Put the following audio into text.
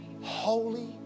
Holy